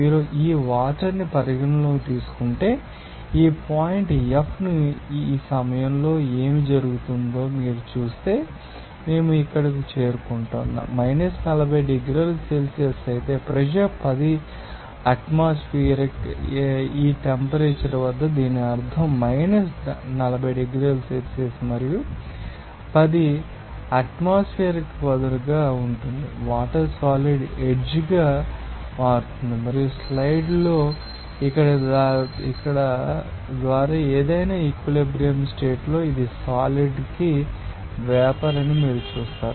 మీరు ఆ వాటర్ని పరిగణనలోకి తీసుకుంటే ఈ పాయింట్ F ను ఈ సమయంలో ఏమి జరుగుతుందో మీరు చూస్తే మేము ఇక్కడకు చేరుకుంటున్నాము 40 డిగ్రీల సెల్సియస్ అయితే ప్రెషర్ 10 అట్మాస్పియర్ ఈ టెంపరేచర్ వద్ద దీని అర్థం 40 డిగ్రీల సెల్సియస్ మరియు 10 అట్మాస్పియర్ పదునుగా ఉంటుంది వాటర్ సాలిడ్ ఎడ్జ్ గా మారుతుంది మరియు స్లైడ్లో ఇక్కడ ద్వారా ఏదైనా ఈక్విలిబ్రియం స్టేట్ లో ఇది సాలిడ్ కి వేపర్ అని మీరు చూస్తారు